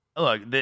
Look